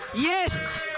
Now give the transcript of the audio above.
Yes